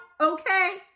okay